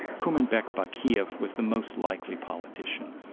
kurmanbek bakiev was the most likely politician.